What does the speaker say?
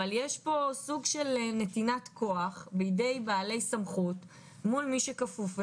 אבל יש פה סוג של נתינת כוח לידי בעלי סמכות מול מי שכפוף אליהם,